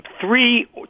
three